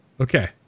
Okay